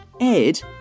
Ed